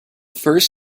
first